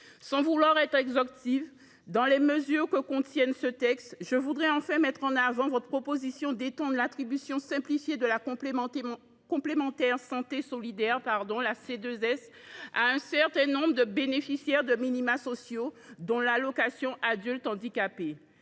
Sans vouloir être exhaustive sur les mesures que contient ce texte, je veux, enfin, mettre en avant votre proposition d’étendre l’attribution simplifiée de la complémentaire santé solidaire à un certain nombre de bénéficiaires de minima sociaux, dont l’allocation aux adultes handicapés.